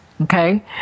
okay